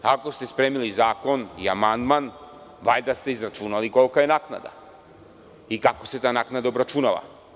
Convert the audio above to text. Ako ste spremili zakon i amandman, valjda ste izračunali kolika je naknada i kako se ta naknada obračunava.